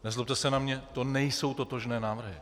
Nezlobte se na mě, to nejsou totožné návrhy!